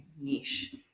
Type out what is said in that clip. niche